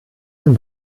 zum